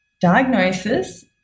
diagnosis